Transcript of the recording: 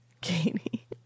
Katie